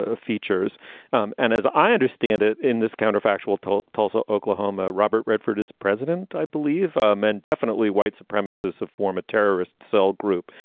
ah features um and as i understand it, in this counterfactual told tulsa, oklahoma, robert redford is president. i believe men, definitely white supremacists to form a terrorist cell group.